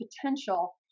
potential